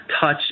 touch